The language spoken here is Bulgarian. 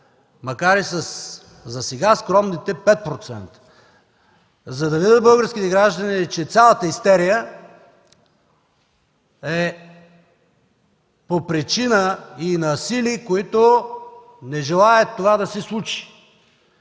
макар и засега със скромните 5%, за да видят българските граждани, че цялата истерия е по причина и на сили, които не желаят това да се случи,